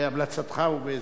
בהמלצתך ובעזרתך.